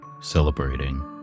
celebrating